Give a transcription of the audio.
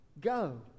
Go